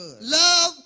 Love